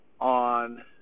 on